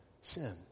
sin